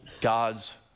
God's